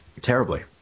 Terribly